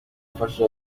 akazi